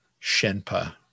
Shenpa